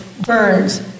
burns